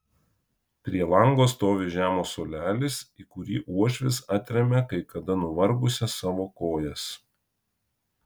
prie lango stovi žemas suolelis į kurį uošvis atremia kai kada nuvargusias savo kojas